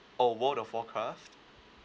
oh world of warcraft